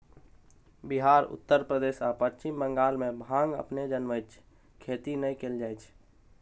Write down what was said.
बिहार, उत्तर प्रदेश आ पश्चिम बंगाल मे भांग अपने जनमैत छै, खेती नै कैल जाए छै